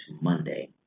Monday